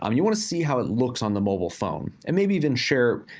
um you wanna see how it looks on the mobile phone. and maybe even share,